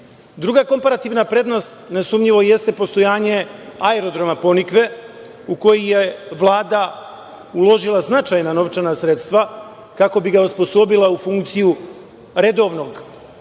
komparativna prednost nesumnjivo jeste postojanje aerodroma „Ponikve“, u koji je Vlada uložila značajna novčana sredstva kako bi ga osposobila u funkciju redovnog